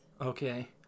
Okay